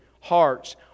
hearts